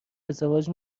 ازدواج